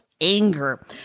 anger